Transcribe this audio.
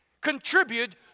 contribute